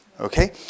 Okay